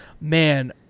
man